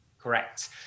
Correct